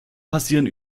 passieren